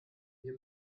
wir